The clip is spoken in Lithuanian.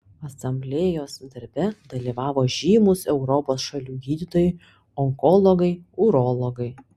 asamblėjos darbe dalyvavo žymūs europos šalių gydytojai onkologai urologai